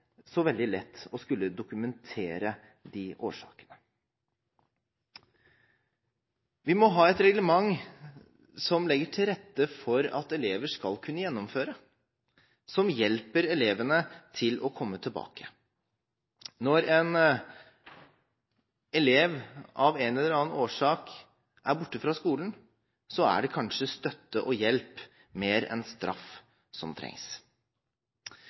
så veldig lett å skulle dokumentere de årsakene. Vi må ha et reglement som legger til rette for at elever skal kunne gjennomføre, og som hjelper elevene med å komme tilbake. Når en elev av en eller annen årsak er borte fra skolen, er det kanskje støtte og hjelp mer enn straff som trengs.